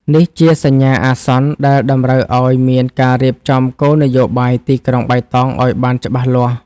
នេះជាសញ្ញាអាសន្នដែលតម្រូវឱ្យមានការរៀបចំគោលនយោបាយទីក្រុងបៃតងឱ្យបានច្បាស់លាស់។